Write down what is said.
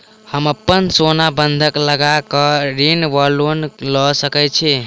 हम अप्पन सोना बंधक लगा कऽ ऋण वा लोन लऽ सकै छी?